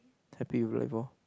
happy with life loh